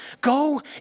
Go